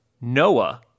Noah